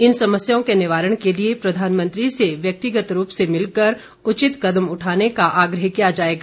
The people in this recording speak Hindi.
इन समस्याओं के निवारण के लिए प्रधानमंत्री से व्यक्तिगत रूप से मिलकर उचित कदम उठाने का आग्रह किया जाएगा